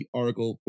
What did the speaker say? article